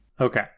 Okay